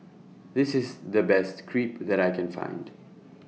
This IS The Best Crepe that I Can Find